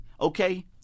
Okay